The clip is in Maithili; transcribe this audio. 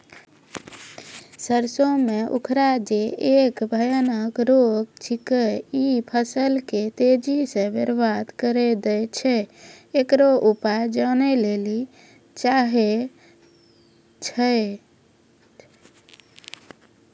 सरसों मे उखरा जे एक भयानक रोग छिकै, इ फसल के तेजी से बर्बाद करि दैय छैय, इकरो उपाय जाने लेली चाहेय छैय?